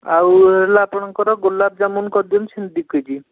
ଆଉ ରହିଲା ଆପଣଙ୍କର ଗୋଲାପଜାମୁନ କରିଦିଅନ୍ତୁ ସେମିତି ଦୁଇ କେଜି